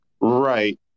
Right